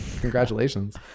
congratulations